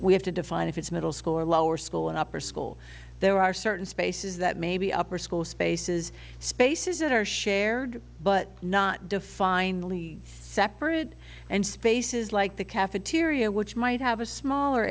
we have to define if it's middle school or lower school and upper school there are certain spaces that maybe upper school spaces spaces that are shared but not defined separate and spaces like the cafeteria which might have a smaller